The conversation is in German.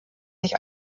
sich